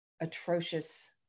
atrocious